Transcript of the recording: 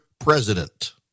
president